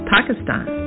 Pakistan